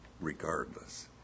regardless